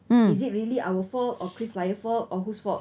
is it really our fault or krisflyer for or whose fault